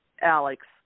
Alex